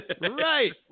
right